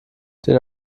den